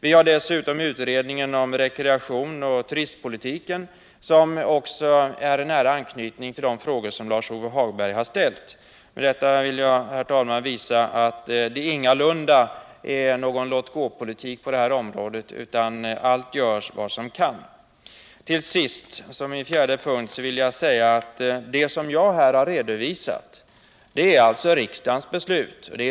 Vi har dessutom utredninger om rekreation och turistpolitik, som också den har nära anknytning till de frågor som Lars-Ove Hagberg har ställt. Med detta, herr talman, vill jag visa att det ingalunda är fråga om någon låt-gå-politik på detta område, utan allt görs som kan göras. Till sist, såsom en fjärde kommentar, vill jag säga att det som jag här har redovisat alltså är riksdagens beslut.